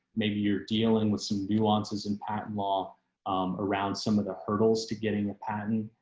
maybe you're dealing with some nuances and patent law around some of the hurdles to getting a patent.